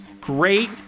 great